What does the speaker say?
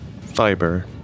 fiber